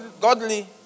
godly